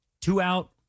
two-out